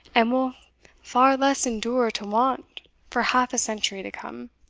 and will far less endure to want for half a century to come